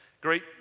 Great